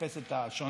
לחפש את השונה,